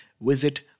visit